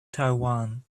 taiwan